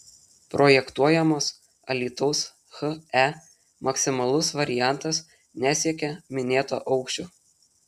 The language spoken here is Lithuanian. projektuojamos alytaus he maksimalus variantas nesiekia minėto aukščio